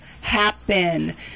happen